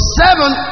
seven